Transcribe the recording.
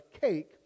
cake